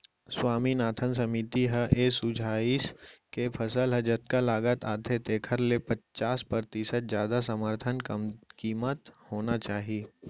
स्वामीनाथन समिति ह ए सुझाइस के फसल म जतका लागत आथे तेखर ले पचास परतिसत जादा समरथन कीमत होना चाही